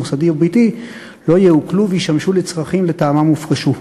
מוסדי וביתי לא יעוקלו וישמשו לצרכים שלמענם הופרשו.